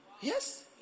Yes